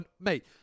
Mate